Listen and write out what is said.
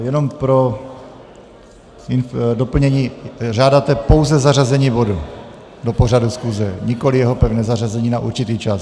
Jenom pro doplnění, žádáte pouze zařazení bodu do pořadu schůze, nikoliv jeho pevné zařazení na určitý čas.